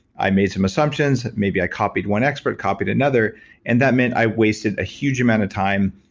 i made some assumptions. maybe i copied one expert, copied another and that meant i wasted a huge amount of time.